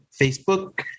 Facebook